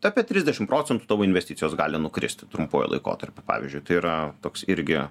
apie trisdešimt procentų tavo investicijos gali nukristi trumpuoju laikotarpiu pavyzdžiui tai yra toks irgi